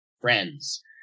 friends